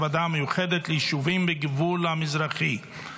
הוועדה המיוחדת ליישובים בגבול המזרחי.